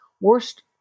worst